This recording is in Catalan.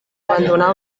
abandonar